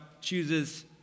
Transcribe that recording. chooses